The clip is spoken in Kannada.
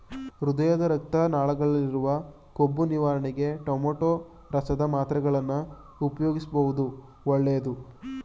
ಹೃದಯದ ರಕ್ತ ನಾಳದಲ್ಲಿರುವ ಕೊಬ್ಬು ನಿವಾರಣೆಗೆ ಟೊಮೆಟೋ ಸಾರದ ಮಾತ್ರೆಗಳನ್ನು ಉಪಯೋಗಿಸುವುದು ಒಳ್ಳೆದು